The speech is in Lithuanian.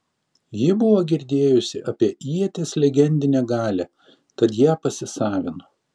ji buvo girdėjusi apie ieties legendinę galią tad ją pasisavino